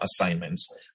assignments